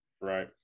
Right